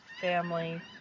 family